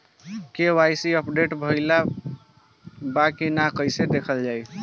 KYC update भइल बा कि ना कइसे देखल जाइ?